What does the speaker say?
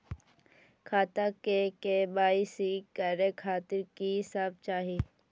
खाता के के.वाई.सी करे खातिर की सब चाही?